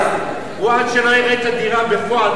עד שלא יראה את הדירה בפועל,